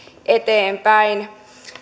eteenpäin